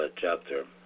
chapter